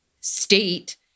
state